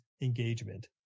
Engagement